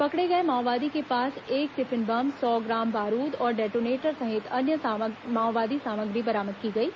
पकड़े गए माओवादियों के पास एक टिफिन बम सौ ग्राम बारूद और डेटोनेटर सहित अन्य माओवादी सामग्री बरामद की गई है